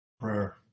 prayer